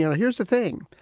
yeah here's the thing.